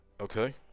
Okay